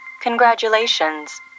Congratulations